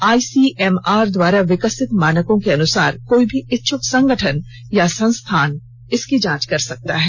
आई C M R द्वारा विकसित मानकों के अनुसार कोई भी इच्छुक संगठन या संस्थान जांच कर सकता है